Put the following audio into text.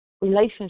relationship